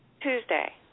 Tuesday